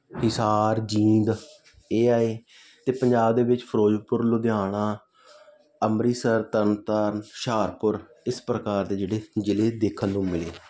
ਹਿਸਾਰ ਜੀਂਦ ਇਹ ਆਏ ਅਤੇ ਪੰਜਾਬ ਦੇ ਵਿੱਚ ਫਿਰੋਜ਼ਪੁਰ ਲੁਧਿਆਣਾ ਅੰਮ੍ਰਿਤਸਰ ਤਰਨ ਤਾਰਨ ਹੁਸ਼ਿਆਰਪੁਰ ਇਸ ਪ੍ਰਕਾਰ ਦੇ ਜਿਹੜੇ ਜ਼ਿਲ੍ਹੇ ਦੇਖਣ ਨੂੰ ਮਿਲੇ